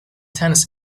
tennis